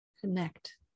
Connect